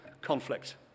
conflict